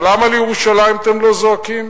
אבל למה על ירושלים אתם לא זועקים?